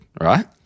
right